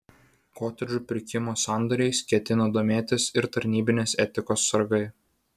kotedžų pirkimo sandoriais ketina domėtis ir tarnybinės etikos sargai